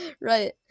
Right